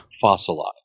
fossilized